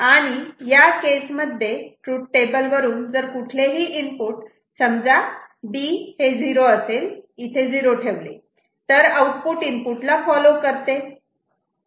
आणि या केसमध्ये ट्रूथ टेबल वरून जर कुठलेही इनपुट समजा B 0 असेल इथे 0 ठेवले तर आउटपुट इनपुट ला फॉलो करते